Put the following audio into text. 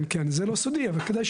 כן, כן, זה לא סודי, אבל כדאי.